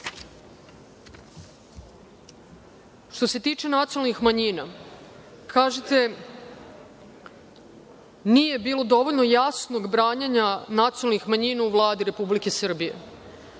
se tiče nacionalnih manjina, kažete – nije bilo dovoljno jasnog branjenja nacionalnih manjina u Vladi Republike Srbije.